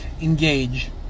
engage